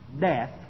death